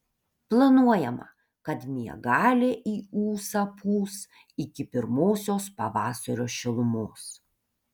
planuojama kad miegalė į ūsą pūs iki pirmosios pavasario šilumos